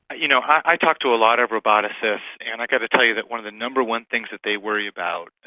you know i talk to a lot of roboticists, and i've got to tell you that one of the number one things that they worry about,